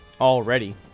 already